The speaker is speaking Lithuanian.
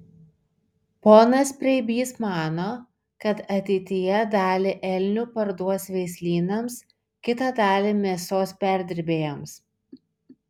ponas preibys mano kad ateityje dalį elnių parduos veislynams kitą dalį mėsos perdirbėjams